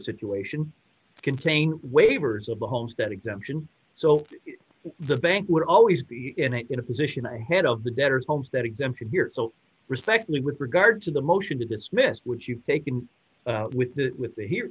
situation contain waivers of the homestead exemption so the bank would always be in a position ahead of the debtors homestead exemption here so respectfully with regards the motion to dismiss which you've taken with the with the here